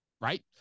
right